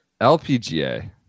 LPGA